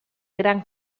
gran